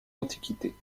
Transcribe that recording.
antiquités